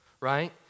right